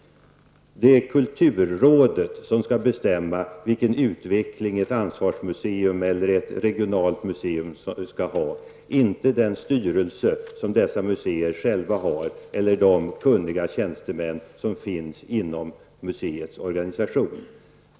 Det är kulturrådet som skall bestämma vilken utvecklingsverksamhet ett ansvarsmuseum eller regionalt museum skall syssla med, inte den styrelse som dessa museer har eller de kunniga tjänstemän som finns inom museets organisation.